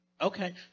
Okay